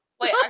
Wait